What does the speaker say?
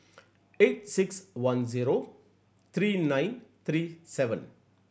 eight six one zero three nine three seven